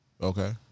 okay